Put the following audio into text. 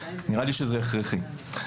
נראה לי שזה הכרחי.